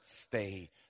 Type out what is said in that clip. stay